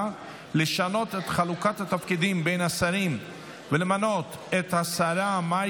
לשנות את חלוקת התפקידים בין השרים ולמנות את השרה מאי